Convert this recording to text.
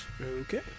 Okay